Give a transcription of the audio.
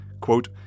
quote